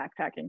backpacking